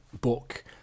book